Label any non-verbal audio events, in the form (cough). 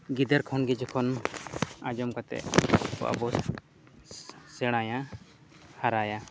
ᱜᱤᱫᱽᱨᱟᱹ ᱠᱷᱚᱱ ᱜᱮ ᱡᱚᱠᱷᱚᱱ ᱟᱸᱡᱚᱢ ᱠᱟᱛᱮ (unintelligible) ᱥᱮᱬᱟᱭᱟ ᱦᱟᱨᱟᱭᱟ